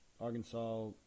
Arkansas